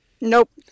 nope